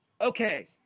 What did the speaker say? Okay